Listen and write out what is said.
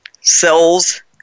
cells